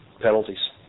penalties